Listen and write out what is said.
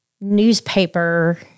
newspaper